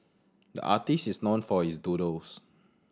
the artist is known for his doodles